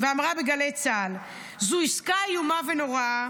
היא אמרה בגלי צה"ל: זו עסקה איומה ונוראה.